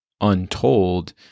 untold